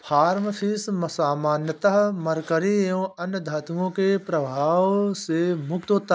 farm fish सामान्यतः mercury एवं अन्य धातुओं के प्रभाव से मुक्त होता है